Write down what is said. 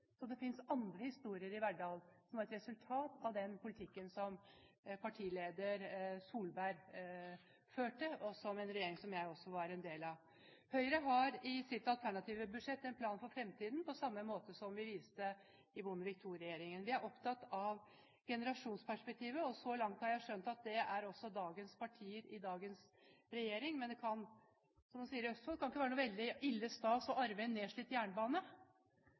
Så det finnes andre historier i Verdal, som var et resultat av den politikken som partileder Solberg førte, i en regjering som jeg også var en del av. Høyre har i sitt alternative budsjett en plan for fremtiden på samme måte som vi viste i Bondevik II-regjeringen. Vi er opptatt av generasjonsperspektivet, og så langt har jeg skjønt at det er også partiene i dagens regjering, men, som man sier i Østfold, det kan ikke være så ille stas å arve en nedslitt jernbane.